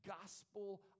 gospel